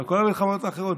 אבל כל המלחמות האחרות,